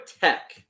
Tech